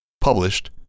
Published